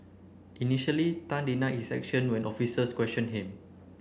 initially Tan denied his action when officers questioned him